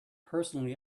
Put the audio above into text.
personally